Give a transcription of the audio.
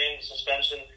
suspension